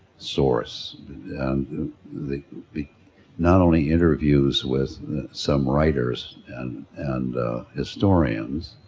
source and the not only interviews with some writers and, and historians,